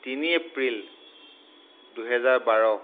তিনি এপ্ৰিল দুহেজাৰ বাৰ